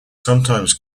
sometimes